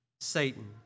Satan